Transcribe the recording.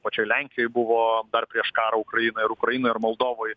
pačioj lenkijoj buvo dar prieš karą ukrainoj ir ukrainoj ir moldovoj